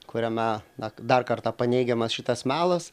kuriame na dar kartą paneigiamas šitas melas